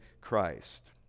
Christ